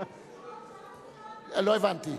אדוני היושב-ראש, למה אתה לא, לא הבנתי.